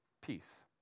peace